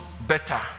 better